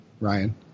Ryan